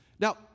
Now